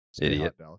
Idiot